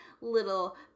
little